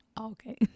Okay